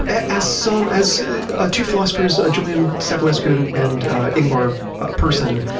as so um as ah two philosophers, julian savulescu and and ingmar persson,